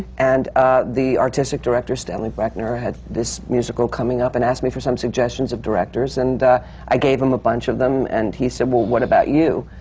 and the artistic director, stanley brechner, had this musical coming up and asked me for some suggestions of directors, and i gave him a bunch of them, and he said, well, what about you?